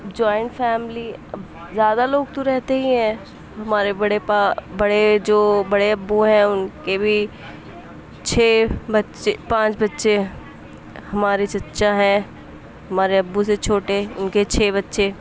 joint family زیادہ لوگ تو رہتے ہی ہیں ہمارے بڑے پا بڑے جو بڑے ابو ہیں اُن کے بھی چھ بچے پانچ بچے ہمارے چچا ہیں ہمارے ابو سے چھوٹے اُن کے چھ بچے